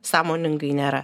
sąmoningai nėra